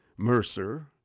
Mercer